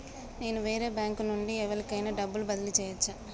నేను వేరే బ్యాంకు నుండి ఎవలికైనా డబ్బు బదిలీ చేయచ్చా?